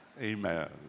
Amen